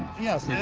yes, yeah